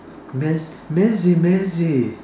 mez~ meze meze